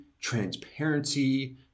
transparency